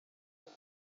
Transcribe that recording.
wait